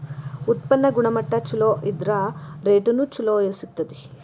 ಉತ್ಪನ್ನ ಗುಣಮಟ್ಟಾ ಚುಲೊ ಇದ್ರ ರೇಟುನು ಚುಲೊ ಸಿಗ್ತತಿ